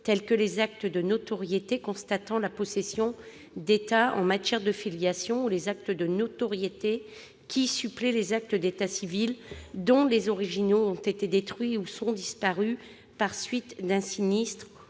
tels que les actes de notoriété constatant la possession d'état en matière de filiation ou les actes de notoriété qui suppléent les actes d'état civil dont les originaux ont été détruits ou ont disparu par suite d'un sinistre